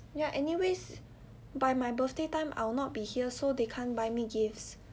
ya anyways by my birthday time I'll not be here so they can't buy me gifts